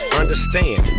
understand